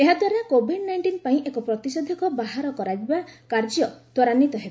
ଏହାଦ୍ୱାରା covid nineteen ପାଇଁ ଏକ ପ୍ରତିଷେଧକ ବାହାର କରିବା କାର୍ଯ୍ୟ ତ୍ୱରାନ୍ୱିତ ହେବ